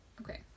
Okay